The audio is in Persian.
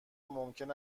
ممکن